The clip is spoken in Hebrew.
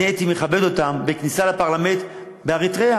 אני הייתי מכבד אותם בכניסה לפרלמנט באריתריאה,